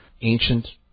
ancient